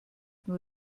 nur